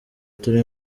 turi